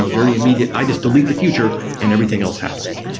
ah very immediate, i just delete the future and everything else happens.